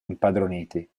impadroniti